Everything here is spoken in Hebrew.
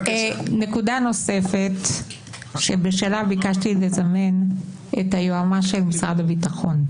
נקודה נוספת שבשלה ביקשתי את היועץ המשפטי של משרד הביטחון.